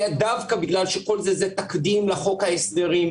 דווקא בגלל שכל זה זה תקדים לחוק ההסדרים,